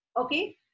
Okay